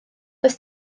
does